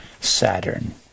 saturn